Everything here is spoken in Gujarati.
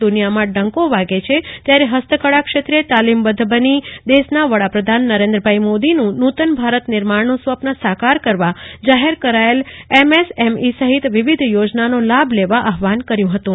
ભુજના ધારાસભ્ય ડો ત્યારે ફસ્તકળા ક્ષેત્રે તાલીમબધ્ધ બની દેશના વડાપ્રધાન નરેન્દ્રભાઈ મોદીનું નૂતન ભારત નિર્માણનું સ્વપ્ન સાકાર કરવા જાહેર કરાચેલ એમએસએમઇ સહિત વિવિધ થોજનાનો લાભ લેવા આહ્વાન કર્યુ હતુ